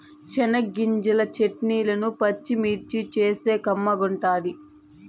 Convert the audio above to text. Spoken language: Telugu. చెనగ్గింజల చెట్నీల పచ్చిమిర్చేస్తేనే కమ్మగుంటది